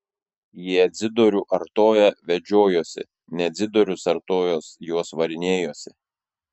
jie dzidorių artoją vedžiojosi ne dzidorius artojas juos varinėjosi